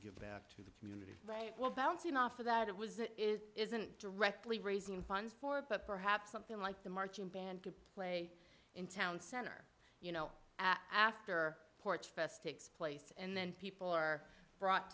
give back to the community well bouncing off of that it was it is isn't directly raising funds for but perhaps something like the marching band could play in town center you know after porch fest takes place and then people are brought